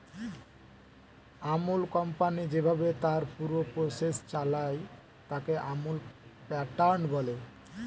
আমূল company যেইভাবে তার পুরো প্রসেস চালায়, তাকে আমূল প্যাটার্ন বলে